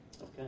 Okay